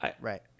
Right